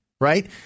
right